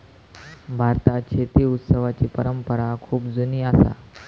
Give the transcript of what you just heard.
भारतात शेती उत्सवाची परंपरा खूप जुनी असा